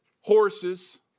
horses